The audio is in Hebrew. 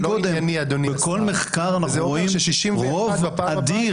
בכל מחקר אנחנו רואים רוב אדיר,